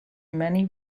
many